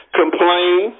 complain